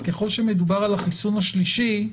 אז ככל שמדובר על החיסון השלישי,